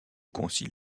concile